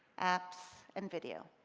apps and video.